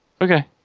Okay